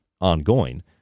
ongoing